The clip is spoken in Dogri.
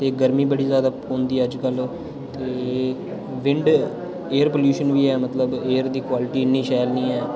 ते गर्मी बड़ी जादा पौंदी अज्ज कल्ल ते विंड एयर पॉल्यूशन बी ऐ मतलब एयर दी क्वालिटी इ'न्नी शैल निं ऐ